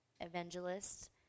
evangelists